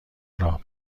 راه